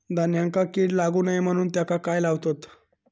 धान्यांका कीड लागू नये म्हणून त्याका काय लावतत?